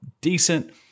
decent